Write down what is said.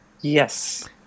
Yes